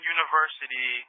University